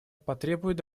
потребует